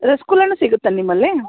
ರಸ್ಗುಲಾನು ಸಿಗುತ್ತ ನಿಮ್ಮಲ್ಲಿ